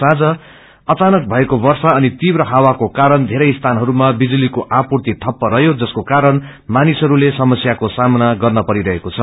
साँझमा अचानक भएको वर्षा अनि तीव्र ह्यवाको कारण वेरै स्थानहरूमा विजुलीको आपूर्ती ठप रहयो जसक्ने कारण मानिसहरूले समस्याको सामना गर्न परिरहेको छ